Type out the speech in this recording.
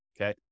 okay